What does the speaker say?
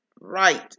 Right